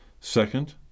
Second